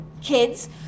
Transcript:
kids